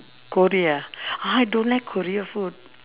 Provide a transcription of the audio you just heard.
korea ah !huh! I don't like korea food